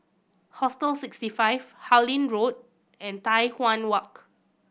Hostel Sixty Five Harlyn Road and Tai Hwan Walk